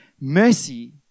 mercy